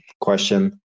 question